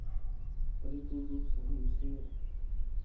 परिपूर्ण रूप से हम उसे